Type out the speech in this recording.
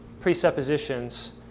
presuppositions